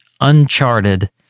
uncharted